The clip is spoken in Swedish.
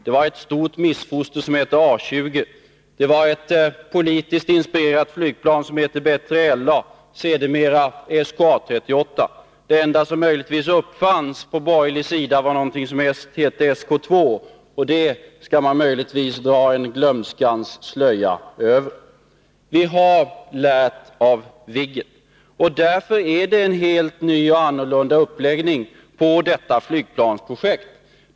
Det var ett stort missfoster som hette A 20, och ett politiskt inspirerat flygplan som hette B3LA, sedermera SK/A 38. Det enda som möjligtvis uppfanns på borgerlig sida var någonting som hette SK 2, och det skall man kanske helst dra en glömskans slöja över. Vi har lärt av Viggen. Därför är det en helt ny och annorlunda uppläggning på detta flygplansprojekt.